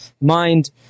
mind